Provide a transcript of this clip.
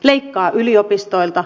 leikkaa yliopistoilta